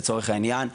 לצורך העניין,